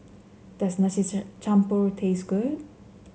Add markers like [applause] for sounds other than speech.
does Nasi [unintelligible] Campur taste good